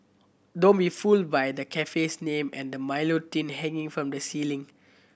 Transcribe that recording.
don't be fooled by the cafe's name and the Milo tin hanging from the ceiling